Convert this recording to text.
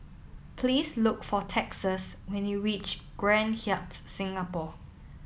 please look for Texas when you reach Grand Hyatt Singapore